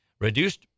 reduced